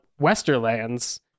Westerlands